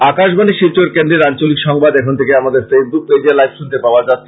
আকাশবাণী শিলচর কেন্দ্রের আঞ্চলিক সংবাদ এখন থেকে আমাদের ফেইসবুক পেজে লাইভ শুনতে পাওয়া যাচ্ছে